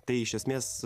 tai iš esmės